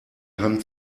hand